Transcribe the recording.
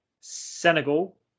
Senegal